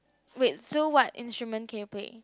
wait so what instrument can you play